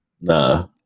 Nah